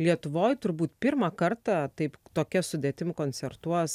lietuvoj turbūt pirmą kartą taip tokia sudėtim koncertuos